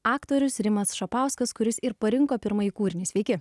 aktorius rimas šapauskas kuris ir parinko pirmąjį kūrinį sveiki